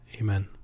Amen